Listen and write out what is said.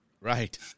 Right